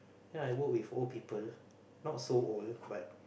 you know I work with old people not so old but